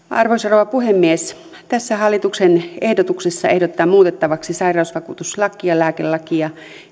arvoisa rouva puhemies tässä hallituksen ehdotuksessa ehdotetaan muutettavaksi sairausvakuutuslakia lääkelakia